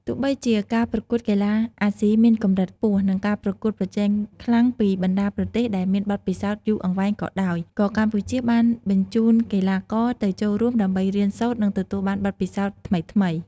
ទោះបីជាការប្រកួតកីឡាអាស៊ីមានកម្រិតខ្ពស់ និងការប្រកួតប្រជែងខ្លាំងពីបណ្ដាប្រទេសដែលមានបទពិសោធន៍យូរអង្វែងក៏ដោយ ក៏កម្ពុជាបានបញ្ជូនកីឡាករទៅចូលរួម ដើម្បីរៀនសូត្រ និងទទួលបានបទពិសោធន៍ថ្មីៗ។